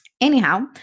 anyhow